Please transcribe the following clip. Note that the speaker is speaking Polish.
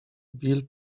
bill